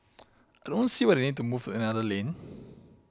I don't see why they need to move to another lane